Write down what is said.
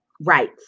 Right